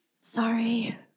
Sorry